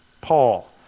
Paul